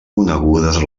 conegudes